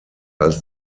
als